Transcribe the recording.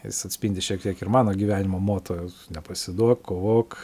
jis atspindi šiek tiek ir mano gyvenimo moto nepasiduok kovok